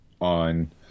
on